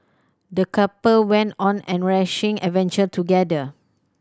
the couple went on an enriching adventure together